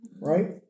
Right